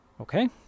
okay